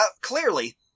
Clearly